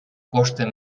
costen